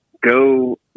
go